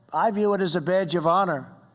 i view it as a badge of honor.